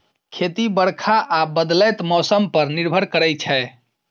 खेती बरखा आ बदलैत मौसम पर निर्भर करै छै